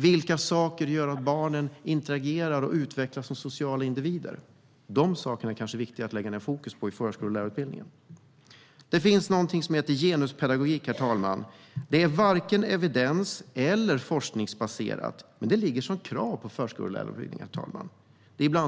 Vilka saker gör att barnen interagerar och utvecklas som sociala individer? De sakerna är kanske viktiga att lägga fokus på i förskollärarutbildningen. Det finns något som heter genuspedagogik. Det är varken evidens eller forskningsbaserat men ligger som krav på förskollärarutbildningen.